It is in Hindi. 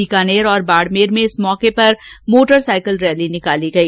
बीकानेर और बाड़मेर में इस मौके पर मोटरसाईकिल रैली निकाली गई